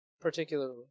particularly